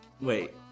Wait